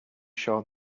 sure